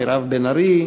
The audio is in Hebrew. מירב בן ארי,